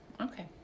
Okay